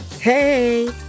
Hey